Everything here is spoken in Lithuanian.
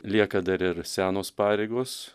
lieka dar ir senos pareigos